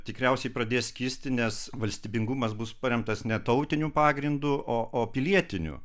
tikriausiai pradės kisti nes valstybingumas bus paremtas ne tautiniu pagrindu o pilietiniu